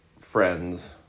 Friends